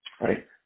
Right